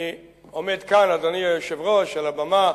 אני עומד כאן, אדוני היושב-ראש, על הבמה,